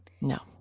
no